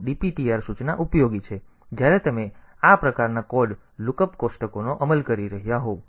આ JMP 2dptr સૂચના ઉપયોગી છે જ્યારે તમે આ પ્રકારના કોડ લુકઅપ કોષ્ટકોનો અમલ કરી રહ્યાં હોવ